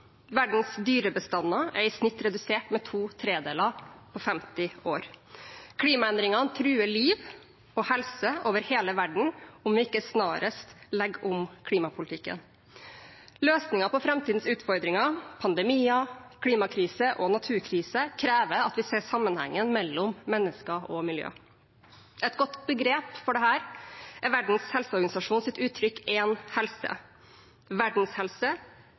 Verdens dyrebestander er i snitt redusert med to tredjedeler på 50 år. Klimaendringene truer liv og helse over hele verden om vi ikke snarest legger om klimapolitikken. Løsningen på framtidens utfordringer, pandemier, klimakrise og naturkrise krever at vi ser sammenhengen mellom mennesker og miljø. Et godt begrep for dette er Verdens helseorganisasjons uttrykk «én helse».